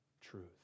truth